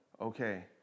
okay